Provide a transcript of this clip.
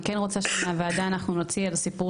אני כן רוצה שמהוועדה אנחנו נוציא על הסיפור